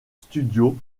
studio